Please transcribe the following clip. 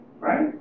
Right